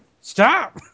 stop